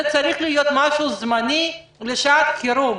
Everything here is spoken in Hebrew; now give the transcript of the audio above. זה צריך להיות משהו זמני לשעת חירום,